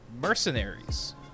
Mercenaries